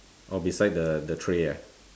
oh beside the the tray ah